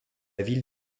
ville